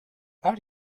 are